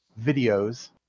videos